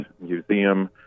Museum